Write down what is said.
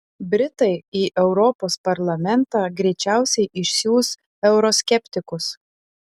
britai į europos parlamentą greičiausiai išsiųs euroskeptikus